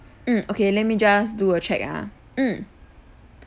mm okay let me just do a check ah mm